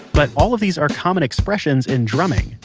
but all of these are common expressions in drumming,